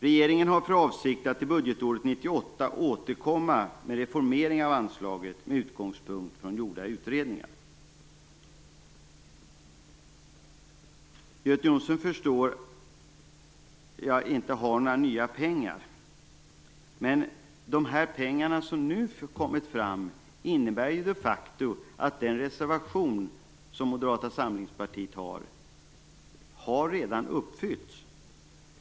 Regeringen har för avsikt att under budgetåret 1998 återkomma med reformering av anslaget, med utgångspunkt från gjorda utredningar. Göte Jonsson har vad jag förstår inte några nya pengar. Men de pengar som nu kommit fram innebär ju de facto att den reservation som Moderata samlingspartiet har ställt redan har uppfyllts.